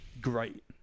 Great